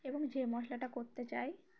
এবং যে মশলাটা করতে চাই